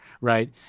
right